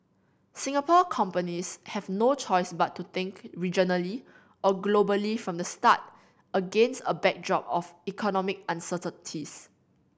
Singapore companies have no choice but to think regionally or globally from the start against a backdrop of economic uncertainties